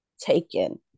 taken